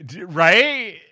right